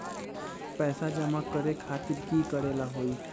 पैसा जमा करे खातीर की करेला होई?